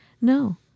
No